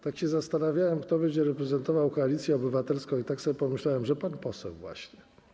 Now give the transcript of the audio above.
Tak się zastanawiałem, kto będzie reprezentował Koalicję Obywatelską, i tak sobie pomyślałem, że pan poseł właśnie.